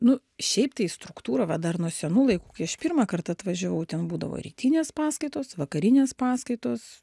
nu šiaip tai struktūra va dar nuo senų laikų kai aš pirmą kartą atvažiavau ten būdavo rytinės paskaitos vakarinės paskaitos